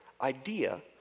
idea